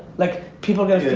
like people